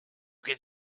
could